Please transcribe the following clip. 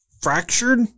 fractured